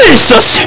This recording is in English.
Jesus